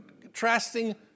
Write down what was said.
contrasting